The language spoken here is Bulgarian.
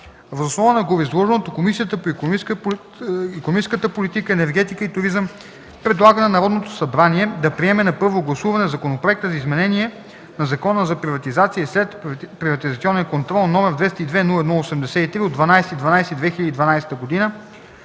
Въз основа на гореизложеното Комисията по икономическата политика, енергетика и туризъм предлага на Народното събрание да приеме на първо гласуване Законопроект за изменение на Закона за приватизация и следприватизационен контрол, № 202-01-83, от 12